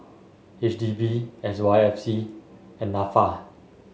H D B S Y F C and NAFA